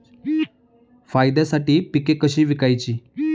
फायद्यासाठी पिके कशी विकायची?